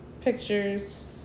pictures